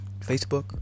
Facebook